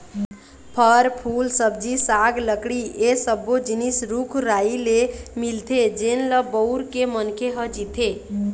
फर, फूल, सब्जी साग, लकड़ी ए सब्बो जिनिस रूख राई ले मिलथे जेन ल बउर के मनखे ह जीथे